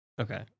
Okay